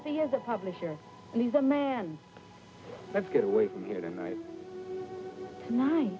if he has a publisher and he's a man let's get away from here tonight